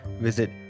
Visit